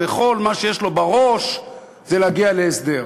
וכל מה שיש לו בראש זה להגיע להסדר.